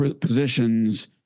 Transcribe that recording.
positions